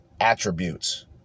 attributes